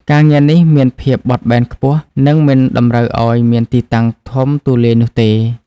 ការងារនេះមានភាពបត់បែនខ្ពស់និងមិនតម្រូវឱ្យមានទីតាំងធំទូលាយនោះទេ។